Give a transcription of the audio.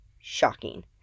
shocking